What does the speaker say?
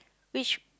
which